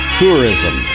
tourism